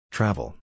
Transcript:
Travel